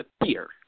appear